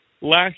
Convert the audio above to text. last